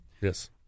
Yes